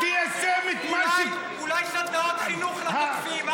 מה אתה רוצה לעשות, אולי סדנאות חינוך לתוקפים?